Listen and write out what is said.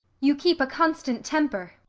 you keep a constant temper.